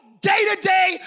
day-to-day